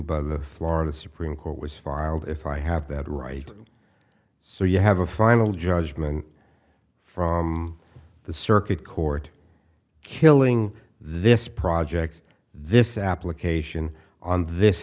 the florida supreme court was filed if i have that right so you have a final judgment from the circuit court killing this project this application on this